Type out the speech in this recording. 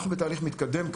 אנחנו בתהליך מתקדם.